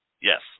Yes